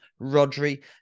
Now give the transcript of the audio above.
Rodri